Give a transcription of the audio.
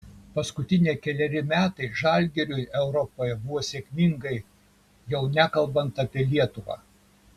paskutiniai keleri metai žalgiriui europoje buvo sėkmingai jau nekalbant apie lietuvą